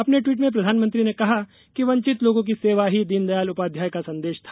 अपने ट्वीट में प्रधानमंत्री ने कहा कि वंचित लोगों की सेवा ही दीनदयाल उपाध्याय का संदेश था